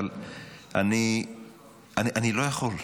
אבל אני לא יכול.